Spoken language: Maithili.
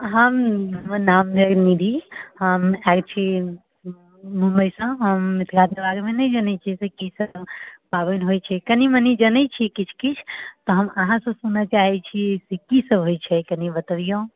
हम नाम भेल निधि हम आयल छी मुम्बइसँ हम मिथिलाके बारेमे नहि जनैत छियै की सभ पाबनि होइत छै कनि मनि जानैत छी किछु किछु हम अहाँ से सुनऽ चाहैत छी से की सभ होइत छै कनि बतबिऔ